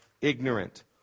ignorant